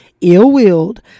ill-willed